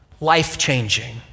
life-changing